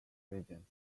regions